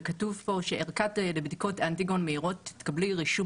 וכתוב פה שערכה לבדיקות אנטיגן מהירות תקבל רישום